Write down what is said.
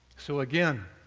so again,